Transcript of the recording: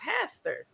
pastor